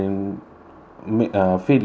make a feel like